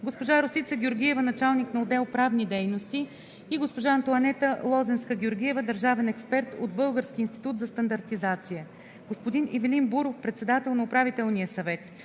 госпожа Росица Георгиева – началник на отдел „Правни дейности“, и госпожа Антоанета Лозенска-Георгиева – държавен експерт от Българския институт за стандартизация, и господин Ивелин Буров – председател на Управителния съвет;